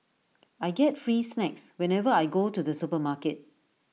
I get free snacks whenever I go to the supermarket